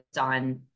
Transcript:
on